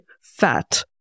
fat